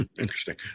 Interesting